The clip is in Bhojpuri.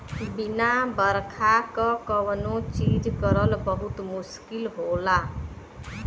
बिना बरखा क कौनो चीज करल बहुत मुस्किल होला